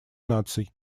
наций